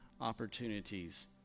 opportunities